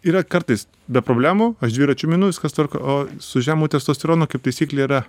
yra kartais be problemų aš dviračiu minu viskas tvarko o su žemu testosteronu kaip taisyklė yra